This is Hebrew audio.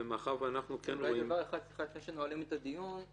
ומאחר ואנחנו כן רואים -- רק דבר נוסף לפני שנועלים את הדיון: